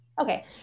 Okay